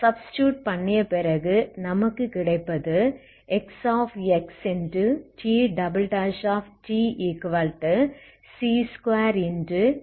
substitute பண்ணிய பிறகு நமக்கு கிடைப்பது XTtc2XxTt ஆகும்